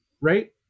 right